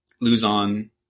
Luzon